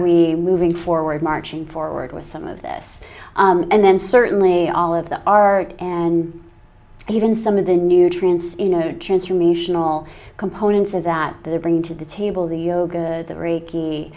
we moving forward marching forward with some of this and then certainly all of the art and even some of the nutrients you know transformational components of that they're bringing to the table the yo